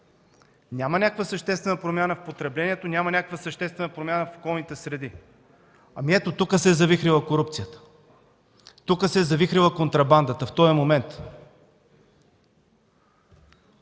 Няма някаква съществена промяна в потреблението, няма съществена промяна в околните среди. Ето тук се е завихрила корупцията, тук се е завихрила контрабандата – в този момент!